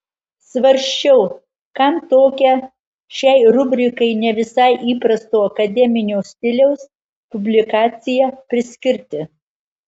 svarsčiau kam tokią šiai rubrikai ne visai įprasto akademinio stiliaus publikaciją priskirti